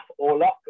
Orlock